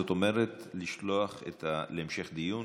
זאת אומרת לשלוח את ההצעה להמשך דיון.